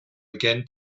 again